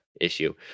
issue